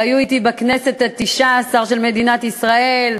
והיו אתי בכנסת התשע-עשרה של מדינת ישראל,